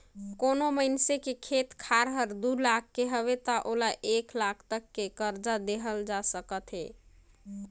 कोनो मइनसे के खेत खार हर दू लाख के हवे त ओला एक लाख तक के करजा देहल जा सकथे